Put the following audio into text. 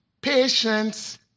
patience